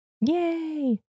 Yay